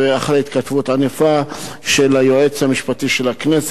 אחרי התכתבות ענפה של היועץ המשפטי של הכנסת,